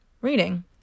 reading